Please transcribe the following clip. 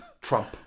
Trump